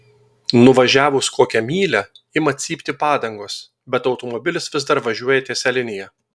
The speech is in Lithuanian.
nuvažiavus kokią mylią ima cypti padangos bet automobilis vis dar važiuoja tiesia linija